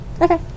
Okay